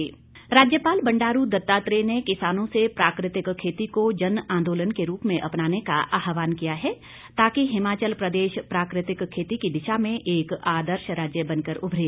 राज्यपाल राज्यपाल बंडारू दत्तात्रेय ने किसानों से प्राकृतिक खेती को जन आंदोलन के रूप में अपनाने का आह्वान किया है ताकि हिमाचल प्रदेश प्राकृतिक खेती की दिशा में एक आदर्श राज्य बनकर उभरे